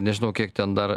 nežinau kiek ten dar